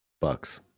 Bucks